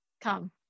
Come